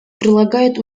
прилагают